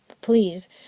please